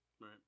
Right